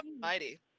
mighty